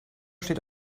steht